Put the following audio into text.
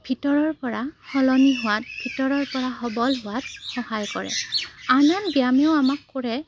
ভিতৰৰপৰা সলনি হোৱাত ভিতৰৰপৰা সবল হোৱাত সহায় কৰে আন আন ব্যায়ামেও আমাক কৰে